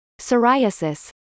psoriasis